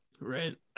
right